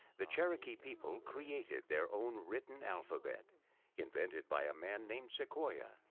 the cherokee people created their own written alphabet invented by a man named sequoya.